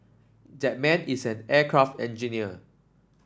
that man is an aircraft engineer